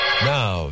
Now